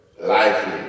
life